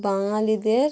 বাঙালিদের